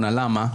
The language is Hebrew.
למה?